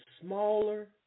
smaller